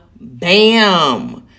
bam